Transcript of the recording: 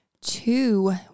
two